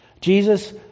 Jesus